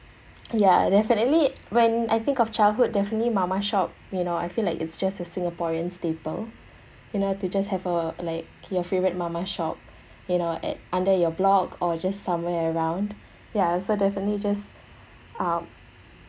ya definitely when I think of childhood definitely mama shop you know I feel like it's just a singaporean staple you know to just have a like your favourite mama shop you know at under your block or just somewhere around ya so definitely just um